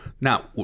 Now